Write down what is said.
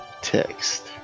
text